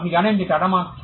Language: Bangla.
আপনি জানেন যে টাটা মার্ক